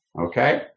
okay